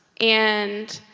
and